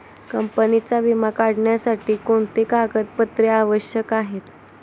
कंपनीचा विमा काढण्यासाठी कोणते कागदपत्रे आवश्यक आहे?